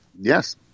Yes